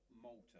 Malta